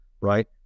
right